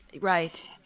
Right